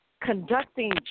conducting